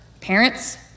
parents